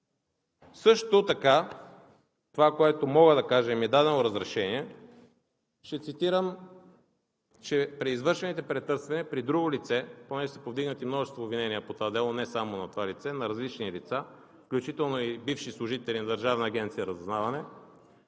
Също така това, което мога да кажа и за което ми е дадено разрешение, ще цитирам, че при извършените претърсвания при друго лице, понеже са повдигнати множество обвинения по това дело – не само на това лице, на различни лица, включително и на бивши служители на Държавна агенция „Разузнаване“,